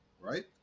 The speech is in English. right